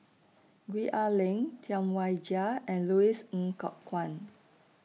Gwee Ah Leng Tam Wai Jia and Louis Ng Kok Kwang